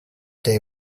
they